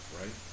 right